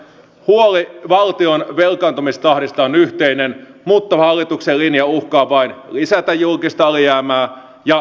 huoli valtion velkaantumistahdista on yhteinen mutta hallituksen linja uhkaa vain lisätä julkista alijäämää ja velkaantumisastetta